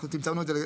אנחנו צמצמנו את זה,